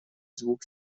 звук